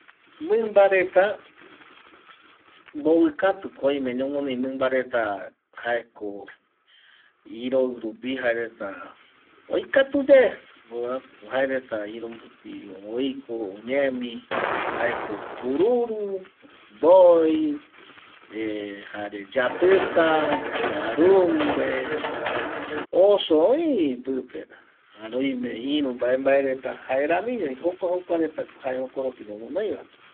Mimba reta mbovikatuko oime ñoguinoi mimba reta jaeko iroi rupi jaereta oikatuyae jaereta iroi rupi oiko oñemi jaeko kururu, mboi eh jare yatita, kariumbe, oso oivi pipe jare oime iru mbae mbae reta jaeramiñovi jokua jokua retako jae jokoropi ñoguinoiva